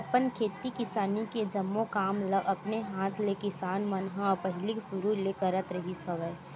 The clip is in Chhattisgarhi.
अपन खेती किसानी के जम्मो काम ल अपने हात ले किसान मन ह पहिली सुरु ले करत रिहिस हवय